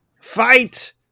fight